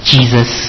Jesus